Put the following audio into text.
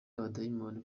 abadayimoni